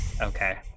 okay